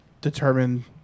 Determine